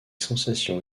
sensations